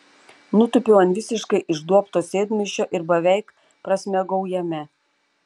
nutūpiau ant visiškai išduobto sėdmaišio ir beveik prasmegau jame